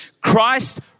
Christ